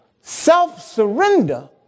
Self-surrender